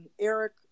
Eric